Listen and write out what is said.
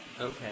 Okay